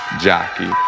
jockey